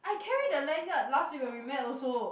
I carry the lanyard last week when we met also